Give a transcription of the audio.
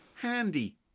handy